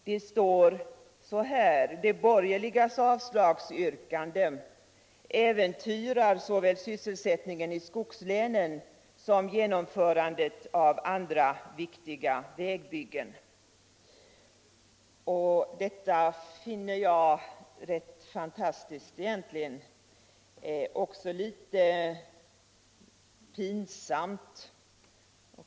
Det står så här: ”De borgerligas avslagsyrkanden äventyrar såväl sysselsättningen i skogslänen som genomförandet av andra viktiga vägbyggen.” Detta finner jag rätt fantastiskt, egentligen också litet pinsamt.